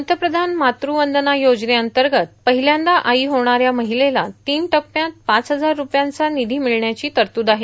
पंतप्रधान मातृवंदना योजनेअंतर्गत पहिल्यांदा आई होणाऱ्या महिलेला तीन टप्प्यात पाच हजार रूपयांचा निधी मिळण्याची तरतूद आहे